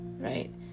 right